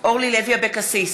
אורלי לוי אבקסיס,